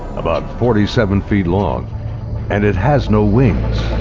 about forty seven feet long and it has no wings.